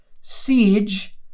siege